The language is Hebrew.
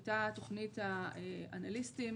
הייתה תוכנית האנליסטים.